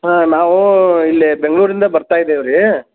ಹಾಂ ನಾವು ಇಲ್ಲಿ ಬೆಂಗಳೂರಿಂದ ಬರ್ತಾ ಇದ್ದೇವೆ ರೀ